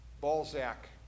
Balzac